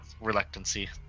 reluctancy